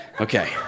Okay